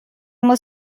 muss